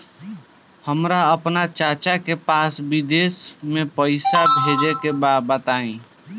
हमरा आपन चाचा के पास विदेश में पइसा भेजे के बा बताई